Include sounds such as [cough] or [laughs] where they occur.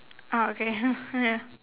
ah okay [laughs] ya